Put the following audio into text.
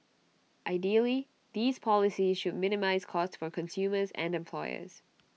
ideally these policies should minimise cost for consumers and employers